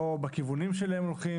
לא בכיוונים שאליהם הולכים.